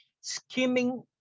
Skimming